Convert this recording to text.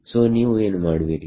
so ನೀವು ಏನು ಮಾಡುವಿರಿ